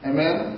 Amen